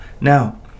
Now